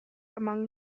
among